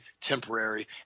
temporary